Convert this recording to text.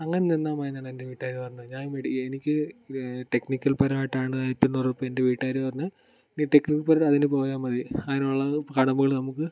അങ്ങനെ നിന്നാൽ മതി എന്നാണ് എൻ്റെ വീട്ടുകാർ പറഞ്ഞത് ഞാൻ എനിക്ക് ടെക്നിക്കൽ പരമായിട്ടാണ് ഇപ്പം എന്താ പറയാ ഇപ്പം എൻ്റെ വീട്ടുകാർ പറഞ്ഞ് നീ ടെക്നിക്കൽ പരമായിട്ട് അതിന് പോയാൽ മതി അതിനുള്ളത് കടമ്പകൾ നമുക്ക്